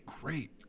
great